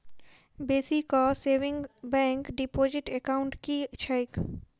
Basic savings bank deposit account की छैक?